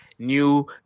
New